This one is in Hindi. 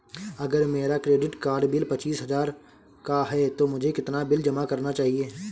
अगर मेरा क्रेडिट कार्ड बिल पच्चीस हजार का है तो मुझे कितना बिल जमा करना चाहिए?